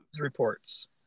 reports